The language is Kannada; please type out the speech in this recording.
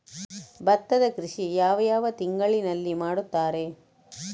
ಭತ್ತದ ಕೃಷಿ ಯಾವ ಯಾವ ತಿಂಗಳಿನಲ್ಲಿ ಮಾಡುತ್ತಾರೆ?